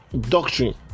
doctrine